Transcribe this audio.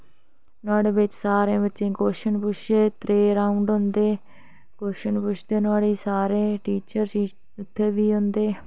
न्हाड़े बिच सारें बच्चें गी क्वशन पुच्छे तेरां गै होंदे क्वशन पुच्छदे नुहाड़े च सारे टीचर इत्थै बी होंदे